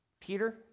Peter